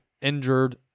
injured